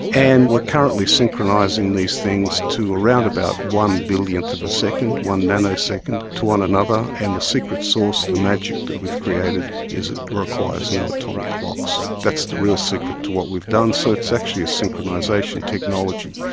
and we're currently synchronising these things to around about one-billionth of a second, one nanosecond, to one another. and the secret sauce, the yeah that we've created, is it requires no atomic clocks. that's the real secret to what we've done. so it's actually a synchronisation technology.